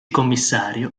commissario